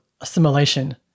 assimilation